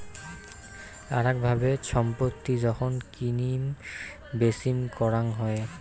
আরাক ভাবে ছম্পত্তি যখন কিনিম বেচিম করাং হই